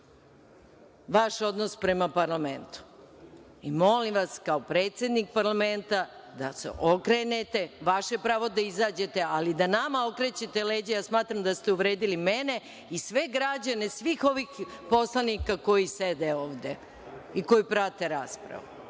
vaš odnos prema parlamentu. Molim vas kao predsednik Parlamenta da se okrenete. Vaše je pravo da izađete, ali da nama okrećete leđa, ja smatram da ste uvredili mene i sve građane, svih ovih poslanika koji sede ovde i koji prate